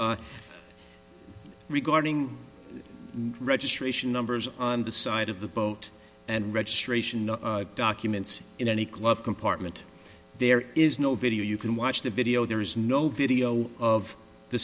one regarding registration numbers on the side of the boat and registration documents in any club compartment there is no video you can watch the video there is no video of the